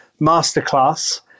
Masterclass